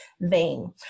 vein